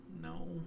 No